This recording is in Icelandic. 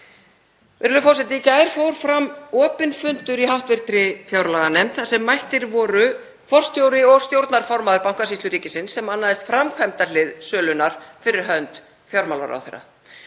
Virðulegur forseti. Í gær fór fram opinn fundur í hv. fjárlaganefnd þar sem mættir voru forstjóri og stjórnarformaður Bankasýslu ríkisins, sem annaðist framkvæmdahlið sölunnar fyrir hönd fjármálaráðherra.